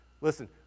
Listen